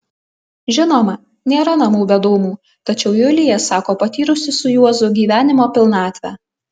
žinoma nėra namų be dūmų tačiau julija sako patyrusi su juozu gyvenimo pilnatvę